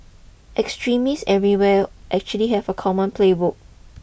extremists everywhere actually have a common playbook